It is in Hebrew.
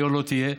היה לא תהיה,